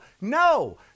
no